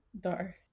dark